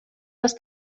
les